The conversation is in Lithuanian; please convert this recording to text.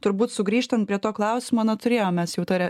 turbūt sugrįžtant prie to klausimo na turėjom mes jau tą re